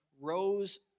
rose